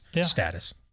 status